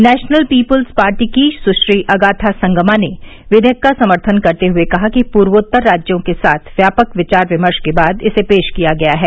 national People's Party की सुश्री अगाथा संगमा ने विधेयक का समर्थन करते हुए कहा कि पूर्वोत्तर राज्यों के साथ व्यापक विचार विमर्श के बाद इसे पेश किया गया है